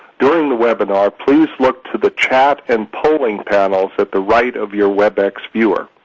during the webinar, please look to the chat and polling panels at the right of your webex viewer.